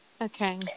Okay